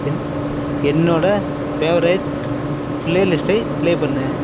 என் என்னோட ஃபேவரெட் பிளேலிஸ்ட்டை பிளே பண்ணு